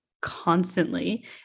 constantly